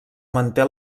manté